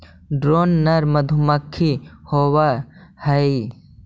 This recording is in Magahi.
ड्रोन नर मधुमक्खी होवअ हई